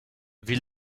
wie